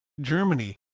Germany